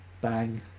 bang